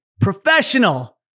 professional